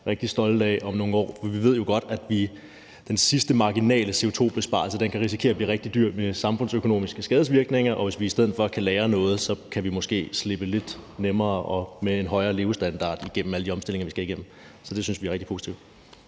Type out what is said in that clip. rigtig stolte af om nogle år. For vi ved jo godt, at den sidste marginale CO2-besparelse kan risikere at blive rigtig dyr med samfundsøkonomiske skadesvirkninger, og hvis vi i stedet for kan lagre noget, kan vi måske slippe lidt nemmere og med en højere levestandard igennem alle de omstillinger, vi skal igennem. Så det synes vi er rigtig positivt.